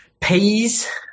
Peas